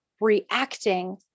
reacting